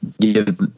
give